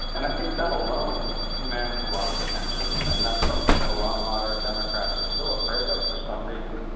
and i think that alone commands a lot of attention, and that's something that a lot of moderate democrats are still afraid of for some reason.